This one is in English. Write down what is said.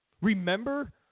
Remember